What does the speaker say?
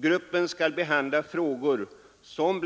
Gruppen skall behandla frågor om